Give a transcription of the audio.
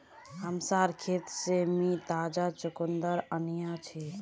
हमसार खेत से मी ताजा चुकंदर अन्याछि